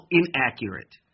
inaccurate